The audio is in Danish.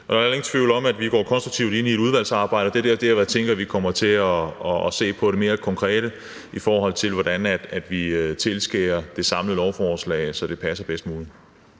heller ingen tvivl om, at vi går konstruktivt ind i udvalgsarbejdet. Dermed tænker jeg, at vi kommer til at se på det mere konkret, i forhold til hvordan vi tilskærer det samlede lovforslag, så det passer bedst muligt.